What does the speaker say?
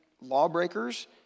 lawbreakers